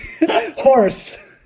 Horse